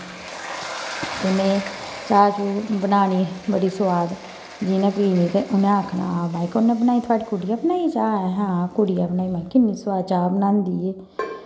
में चाह् चूह् बनानी बड़ी सोआद जि'नें पीनी ते उ'नें आखना कु'न बनाई थोआड़िया कुड़ियां बनाई चाह् अहै हां कुड़ियै बनाई किन्नी सोआद चाह् बनांदी एह्